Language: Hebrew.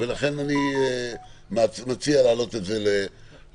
לכן אני מציע להעלות את זה להצבעה.